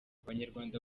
abanyarwanda